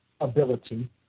ability